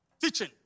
teaching